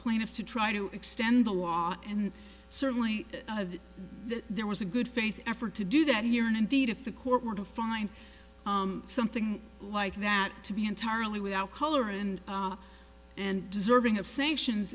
plaintiff to try to extend the law and certainly there was a good faith effort to do that here and indeed if the court were to find something like that to be entirely without color and and deserving of sanctions